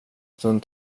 stund